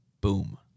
Boom